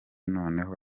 noneho